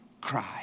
cry